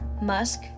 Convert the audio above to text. musk